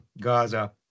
Gaza